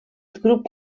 grup